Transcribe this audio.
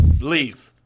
Leave